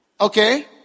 Okay